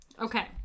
Okay